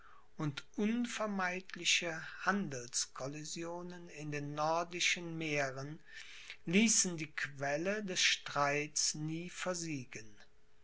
und unvermeidliche handelscollisionen in den nordischen meeren ließen die quelle des streits nie versiegen